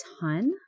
ton